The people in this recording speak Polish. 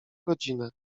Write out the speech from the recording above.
godzinę